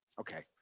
Okay